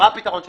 מה הפתרון שלי?